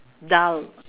dull